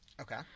Okay